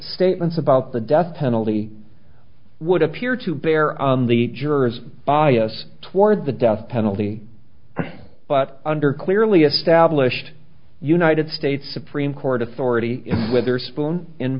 statements about the death penalty would appear to bear on the jurors bias toward the death penalty but under clearly established united states supreme court authority witherspoon